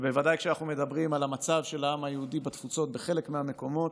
ובוודאי כשאנחנו מדברים על המצב של העם היהודי בתפוצות בחלק מהמקומות,